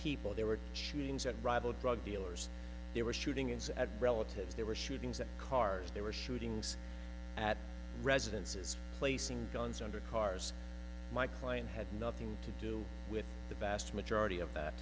people there were shootings at rival drug dealers they were shooting instead relatives there were shootings at cars there were shootings at residences placing guns under cars my client had nothing to do with the vast majority of that